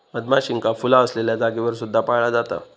मधमाशींका फुला असलेल्या जागेवर सुद्धा पाळला जाता